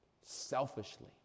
selfishly